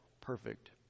perfect